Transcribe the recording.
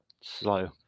Slow